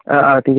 অঁ অঁ ঠিক আছে